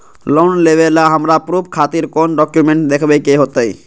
Loan लेबे ला हमरा प्रूफ खातिर कौन डॉक्यूमेंट देखबे के होतई?